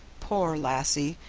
poor lassie!